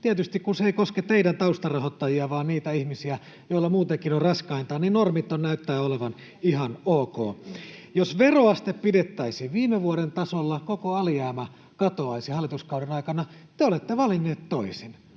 Tietysti, kun se ei koske teidän taustarahoittajianne vaan niitä ihmisiä, joilla muutenkin on raskainta, ne normit näyttävät olevan ihan ok. Jos veroaste pidettäisiin viime vuoden tasolla, koko alijäämä katoaisi hallituskauden aikana. Te olette valinneet toisin.